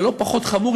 אבל לא פחות חמור,